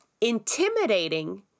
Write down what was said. intimidating